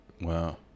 Wow